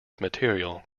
material